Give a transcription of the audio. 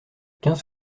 quinze